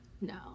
No